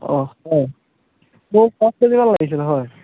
অঁ অঁ মোক পাঁচ কেজিমান লাগিছিলে হয়